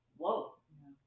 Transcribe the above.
whoa